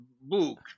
book